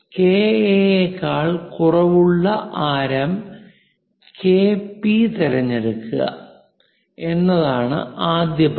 KA യേക്കാൾ കുറവുള്ള ആരം കെപി തിരഞ്ഞെടുക്കുക എന്നതാണ് ആദ്യ പടി